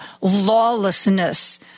lawlessness